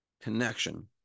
connection